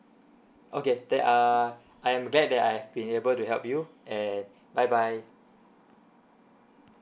okay then err I am glad that I have been able to help you and bye bye